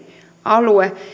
alue